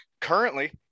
Currently